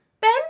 Ben